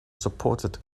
supported